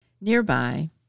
Nearby